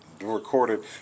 recorded